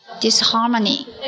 disharmony